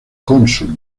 cónsul